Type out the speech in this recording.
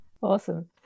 awesome